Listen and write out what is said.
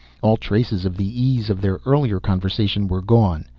all traces of the ease of their earlier conversation were gone,